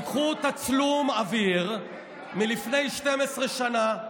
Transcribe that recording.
תיקחו תצלום אוויר מלפני 12 שנה,